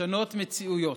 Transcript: לשנות מציאויות.